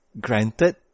granted